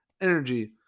Energy